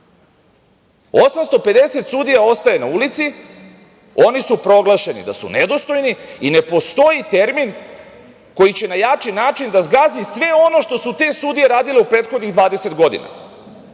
850 sudija ostaje na ulici, oni su proglašeni da su nedostojni i ne postoji termin koji će na jači način da zgazi sve ono što su te sudije radile u prethodnih 20 godina. Ja